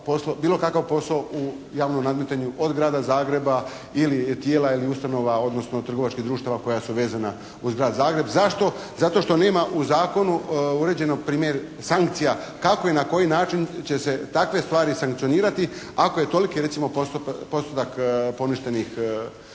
bilo kakav posao u javnom nadmetanju od Grada Zagreba ili tijela ili ustanova odnosno trgovačkih društava koja su vezana uz Grad Zagreb. Zašto? Zato što nema u zakonu uređeno na primjer sankcija. Kako i na koji način će se takve stvari sankcionirati ako je toliki recimo postotak poništenih javnih